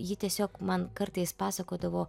ji tiesiog man kartais pasakodavo